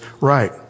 right